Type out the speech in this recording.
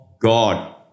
God